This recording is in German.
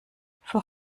vom